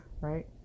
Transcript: right